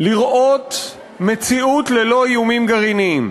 לראות מציאות ללא איומים גרעיניים,